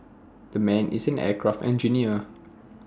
the man is an aircraft engineer